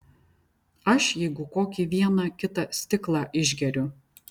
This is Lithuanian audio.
aš jeigu kokį vieną kitą stiklą išgeriu